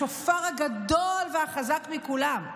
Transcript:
השופר הגדול והחזק מכולם.